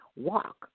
walk